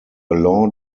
law